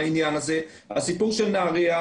הסיפור של נהריה,